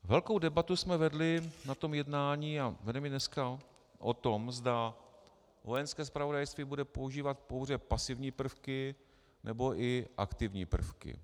Velkou debatu jsme vedli na tom jednání a vedeme i dnes o tom, zda Vojenské zpravodajství bude používat pouze pasivní prvky, nebo i aktivní prvky.